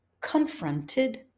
confronted